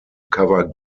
cover